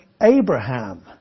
Abraham